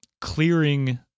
clearing